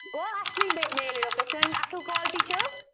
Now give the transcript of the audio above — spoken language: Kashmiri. گوٚو اَصلٕے میلیو تۄہہِ سٲنۍ اَصٕل کالٹی چھِ حظ